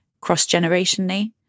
cross-generationally